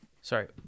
sorry